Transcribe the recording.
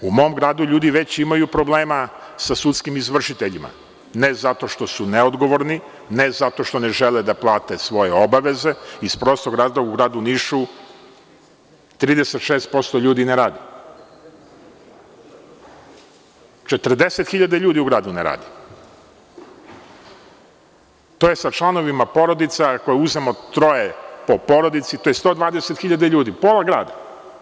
U mom gradu ljudi već imaju problema sa sudskim izvršiteljima, ne zato što su neodgovorni, ne zato što ne žele da plate svoje obaveze, iz prostog razloga u gradu Nišu 36% ljudi ne radi, 40.000 ljudi u gradu ne radi, to je sa članovima porodica, troje po porodici, to je 120.000, pola grada.